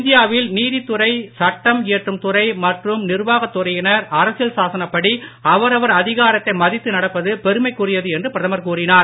India வில் நீதித்துறை சட்டம் இயற்றும் துறை மற்றும் நிர்வாகத் துறையினர் அரசியல் சாசனப் படி அவரவர் அதிகாரத்தை மதித்து நடப்பது பெருமைக்குரியது என்று பிரதமர் கூறினார்